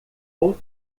vou